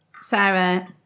Sarah